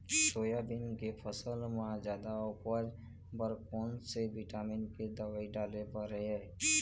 Soybean के फसल म जादा उपज बर कोन से विटामिन के दवई डाले बर ये?